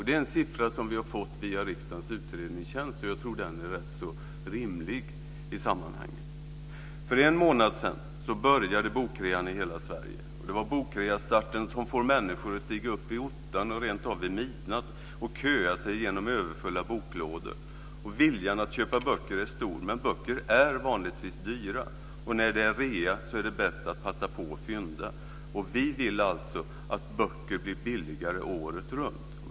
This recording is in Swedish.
Det är en siffra som vi har fått via riksdagens utredningstjänst, så jag tror att den är rätt rimlig i sammanhanget. För en månad sedan började bokrean i hela Sverige. Det är bokreastarten som får människor att stiga upp i ottan, ja, rentav vid midnatt och köa sig igenom överfulla boklådor. Viljan att köpa böcker är stor, men böcker är vanligtvis dyra. Och när det är rea är det bäst att passa på och fynda. Vi vill alltså att böcker blir billigare året runt.